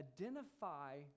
identify